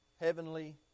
heavenly